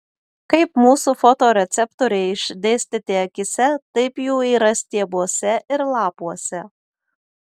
kaip mūsų fotoreceptoriai išdėstyti akyse taip jų yra stiebuose ir lapuose